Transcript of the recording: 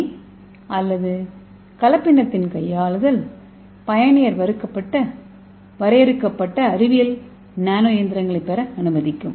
ஏ அல்லது கலப்பினத்தின் கையாளுதல் பயனர் வரையறுக்கப்பட்ட உயிரியல் நானோ இயந்திரங்களைப் பெற அனுமதிக்கும்